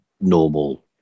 normal